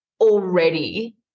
already